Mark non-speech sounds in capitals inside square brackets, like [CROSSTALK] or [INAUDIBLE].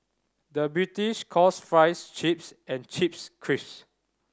the British calls fries chips and chips [UNINTELLIGIBLE]